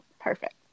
perfect